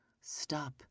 Stop